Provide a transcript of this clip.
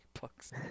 books